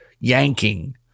yanking